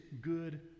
good